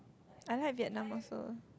I like Vietnam also